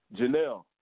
Janelle